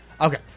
okay